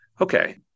Okay